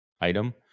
item